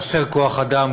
חסר כוח-אדם,